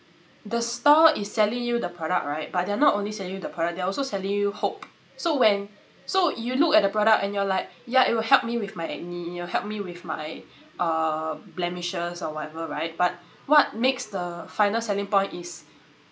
the store is selling you the product right but they're not only selling you the product they're also selling you hope so when so you look at the product and you're like yeah it'll help me with my acne it'll help me with my um blemishes or whatever right but what makes the final selling point is